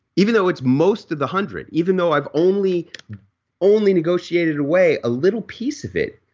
even though it's most of the hundred. even though i've only only negotiated away a little piece of it,